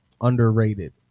underrated